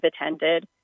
attended